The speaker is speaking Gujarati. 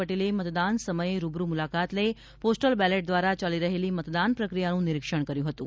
પટેલે મતદાન સમયે રૂબરૂ મુલાકાત લઇ પોસ્ટલ બેલેટ દ્વારા ચાલી રહેલી મતદાન પ્રક્રિયાનું નિરીક્ષણ કર્યું હતું